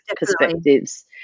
perspectives